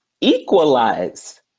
Equalize